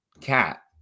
cat